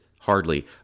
hardly